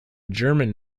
german